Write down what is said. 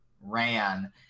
ran